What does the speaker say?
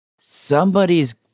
somebody's